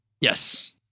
Yes